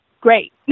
great